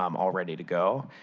um all ready to go.